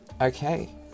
Okay